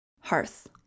Hearth